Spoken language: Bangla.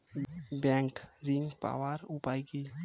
ব্যাংক ঋণ পাওয়ার উপায় কি?